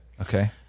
Okay